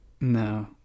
no